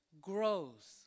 grows